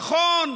נכון,